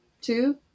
Two